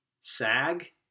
SAG